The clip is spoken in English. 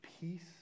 peace